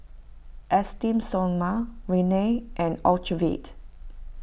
Esteem Stoma Rene and Ocuvite